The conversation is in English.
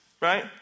right